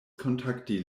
kontakti